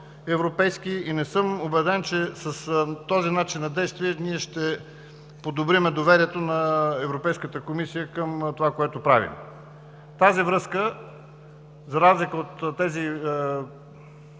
И не съм убеден, че с този начин на действие ние ще подобрим доверието на Европейската комисия към това, което правим. В тази връзка, за разлика от тези